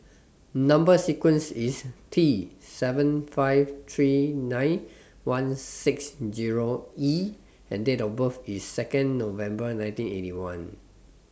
Number sequence IS T seven five three nine one six Zero E and Date of birth IS Second November nineteen Eighty One